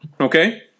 Okay